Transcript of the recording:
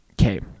okay